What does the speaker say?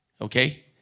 Okay